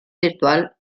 virtual